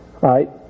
right